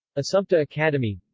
assumpta academy